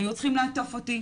היו צריכים לעטוף אותי,